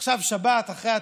עכשיו שבת אחרי התפילה,